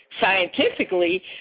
scientifically